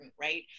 right